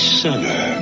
summer